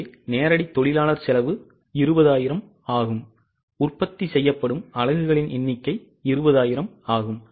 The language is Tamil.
எனவே நேரடி தொழிலாளர் செலவு 20000 ஆகும் உற்பத்தி செய்யப்படும் அலகுகளின் எண்ணிக்கை 20000 ஆகும்